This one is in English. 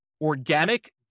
organic